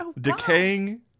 decaying